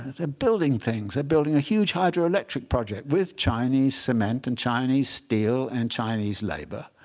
they're building things. they're building a huge hydroelectric project with chinese cement and chinese steel and chinese labor.